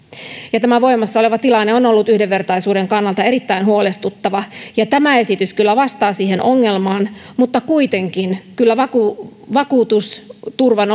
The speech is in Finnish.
tämä voimassa oleva tilanne on ollut yhdenvertaisuuden kannalta erittäin huolestuttava ja tämä esitys kyllä vastaa siihen ongelmaan mutta kuitenkin kyllä vakuutusturvan